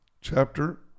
chapter